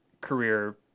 career